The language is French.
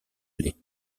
aller